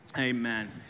amen